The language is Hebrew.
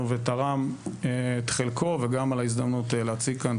ותרם את חלקו וגם על ההזדמנות להציג כאן.